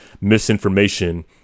misinformation